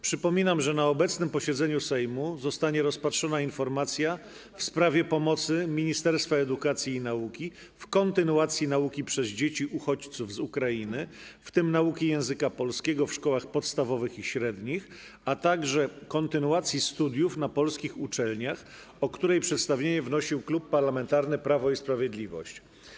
Przypominam, że na obecnym posiedzeniu Sejmu zostanie rozpatrzona informacja w sprawie pomocy Ministerstwa Edukacji i Nauki w kontynuacji nauki przez dzieci uchodźców z Ukrainy, w tym nauki języka polskiego w szkołach podstawowych i średnich, a także kontynuacji studiów na polskich uczelniach, o której przedstawienie wnosił Klub Parlamentarny Prawo i Sprawiedliwość.